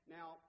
Now